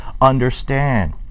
understand